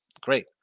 great